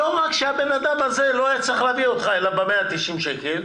לא רק שהאדם הזה לא היה צריך להביא אותך אליו ב-190 שקל,